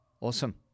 Awesome